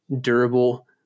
durable